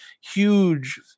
huge